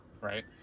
Right